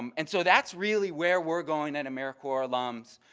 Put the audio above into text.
um and so that's really where we're going at americorps alums.